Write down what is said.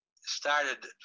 started